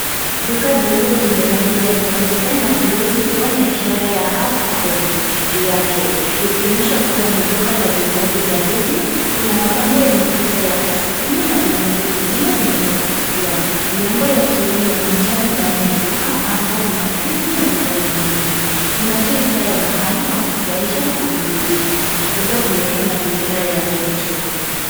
Duka dogo lenye rangi ya nyeupe na bluu likiwa na ishara ya have a cold , juu yake. Likionyesha kuwa ni duka la vinywaji baridi. Kuna mabango yenye picha ya ice cream na vinywaji vingine vinavyovutia. Milango ya kioo inaonyesha ndani ya duka, ambapo kuna friji na bidhaa nyingine. Inatoa hisia ya mahali pa kufurahisha na kuburudisha, labda kwenye mazingira ya joto.